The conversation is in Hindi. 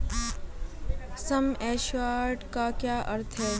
सम एश्योर्ड का क्या अर्थ है?